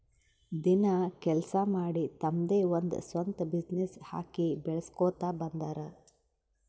ದಿನ ಕೆಲ್ಸಾ ಮಾಡಿ ತಮ್ದೆ ಒಂದ್ ಸ್ವಂತ ಬಿಸಿನ್ನೆಸ್ ಹಾಕಿ ಬೆಳುಸ್ಕೋತಾ ಬಂದಾರ್